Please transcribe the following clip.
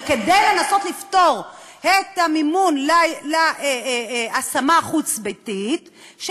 וכדי לנסות לפתור את המימון להשמה החוץ-ביתית של